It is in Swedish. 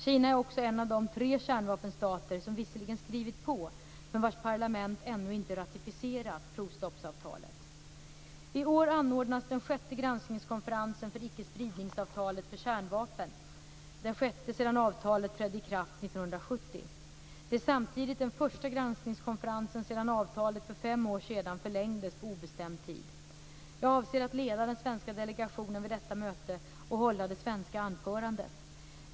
Kina är också en av de tre kärnvapenstater som visserligen skrivit på, men vars parlament ännu inte ratificerat, provstoppsavtalet. I år anordnas den sjätte granskningskonferensen för ickespridningsavtalet för kärnvapen sedan avtalet trädde i kraft 1970. Det är samtidigt den första granskningskonferensen sedan avtalet för fem år sedan förlängdes på obestämd tid. Jag avser att leda den svenska delegationen vid detta möte och att hålla det svenska anförandet.